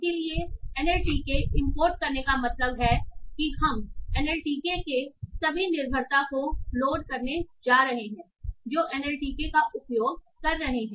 इसलिए NLTK import करने का मतलब है कि हम एनएलटीके के सभी निर्भरता को लोड करने जा रहे हैं जो एनएलटीके का उपयोग कर रहे हैं